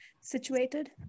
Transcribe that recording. situated